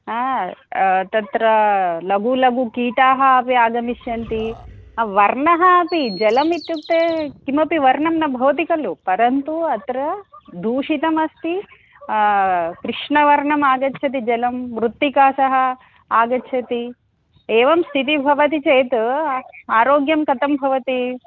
हा तत्र लघुलघु कीटाः अपि आगमिष्यन्ति वर्णः अपि जलम् इत्युक्ते किमपि वर्णं न भवति खलु परन्तु अत्र दूषितमस्ति कृष्णवर्णमागच्छति जलं मृत्तिका सह आगच्छति एवं स्थितिः भवति चेत् आरोग्यं कथं भवति